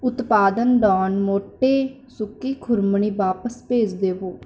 ਉਤਪਾਦਨ ਡੌਨ ਮੋਟੇ ਸੁੱਕੀ ਖ਼ੁਰਮਾਨੀ ਵਾਪਸ ਭੇਜ ਦੇਵੋ